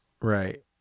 Right